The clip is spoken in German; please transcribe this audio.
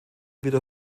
wieder